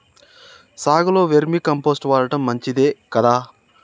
సాగులో vermicompost వాడటం మంచిదే కదా?